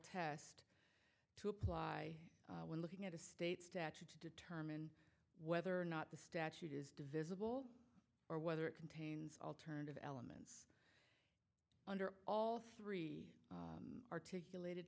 test to apply when looking at a state statute to detect whether or not the statute is divisible or whether it contains alternative elements under all three articulated